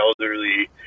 elderly